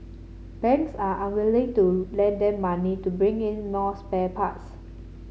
banks are unwilling to lend them money to bring in more spare parts